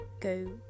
go